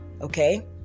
okay